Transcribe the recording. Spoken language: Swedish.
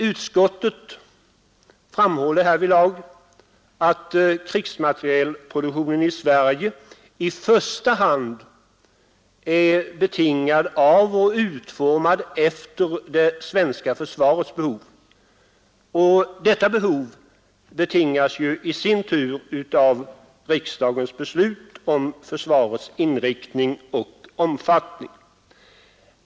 Utskottet framhåller härvidlag att krigsmaterielproduktionen i Sverige i första hand är betingad av och utformad efter det svenska försvarets behov. Detta behov betingas ju i sin tur av riksdagens beslut om försvarets inriktning och omfattning.